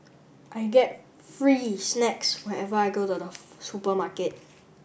I get free snacks whenever I go to the supermarket